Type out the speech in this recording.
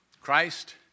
Christ